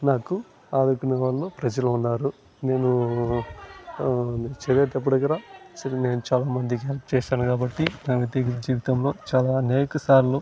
నాకు ఆదుకునే వాళ్ళు ప్రజలు ఉన్నారు నేను చదివేటప్పుడు కూడా సరే నేను చాలామందికి హెల్ప్ చేసాను కాబట్టి నా నిత్య జీవితంలో చాలా అనేక సార్లు